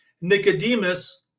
nicodemus